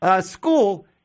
school